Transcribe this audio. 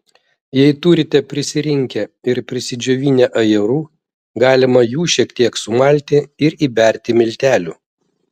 jei turite prisirinkę ir pasidžiovinę ajerų galima jų šiek tiek sumalti ir įberti miltelių